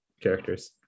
characters